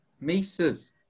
Mises